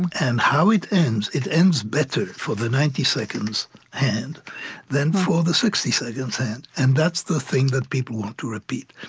and how it ends, it ends better for the ninety seconds hand than for the sixty seconds hand. and that's the thing that people want to repeat.